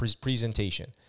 presentation